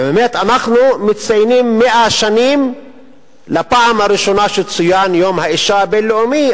ובאמת אנחנו מציינים 100 שנים לפעם הראשונה שצוין יום האשה הבין-לאומי.